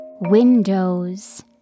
Windows